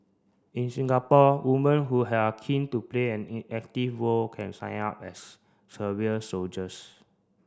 in Singapore woman who are keen to play an in active role can sign up as soldiers